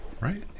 Right